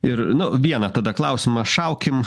ir nu vieną tada klausimą šaukim